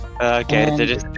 Okay